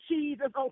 Jesus